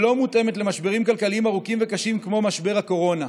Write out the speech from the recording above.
והיא לא מותאמת למשברים כלכליים ארוכים וקשים כמו משבר הקורונה.